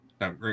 Now